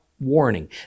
warning